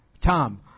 Tom